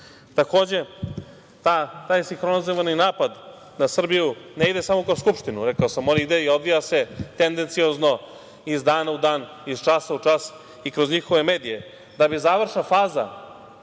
naravno. Takođe, taj sinhronizovani napad na Srbiju ne ide samo kroz Skupštinu. On ide i odvija se tendenciozno iz dana u dan, iz časa u čas, i kroz njihove medije,